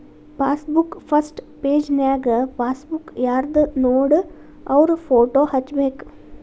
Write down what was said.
passbook first ಪೆಜನ್ಯಾಗ passbook ಯಾರ್ದನೋಡ ಅವ್ರ ಫೋಟೋ ಹಚ್ಬೇಕ್